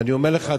ואני אומר לך,